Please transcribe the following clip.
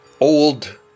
old